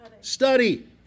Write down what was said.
Study